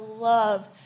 love